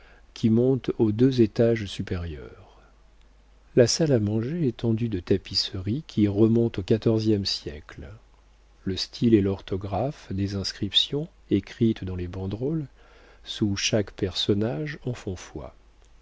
qui monte aux deux étages supérieurs la salle à manger est tendue de tapisseries qui remontent au quatorzième siècle le style et l'orthographe des inscriptions écrites dans les banderoles sous chaque personnage